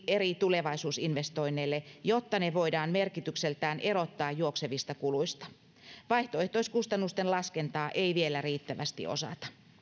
eri tulevaisuusinvestoinneille jotta ne voidaan merkitykseltään erottaa juoksevista kuluista vaihtoehtoiskustannusten laskentaa ei vielä riittävästi osata